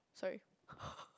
sorry